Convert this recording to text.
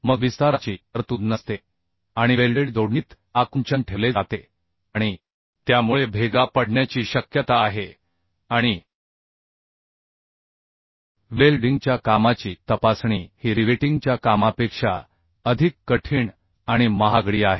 मग विस्ताराची तरतूद नसते आणि वेल्डेड जोडणीत आकुंचन ठेवले जाते आणि त्यामुळे भेगा पडण्याची शक्यता आहे आणि वेल्डिंगच्या कामाची तपासणी ही रिवेटिंगच्या कामापेक्षा अधिक कठीण आणि महागडी आहे